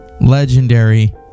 Legendary